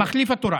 המחליף התורן.